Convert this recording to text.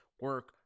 Work